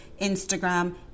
Instagram